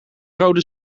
rode